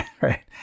right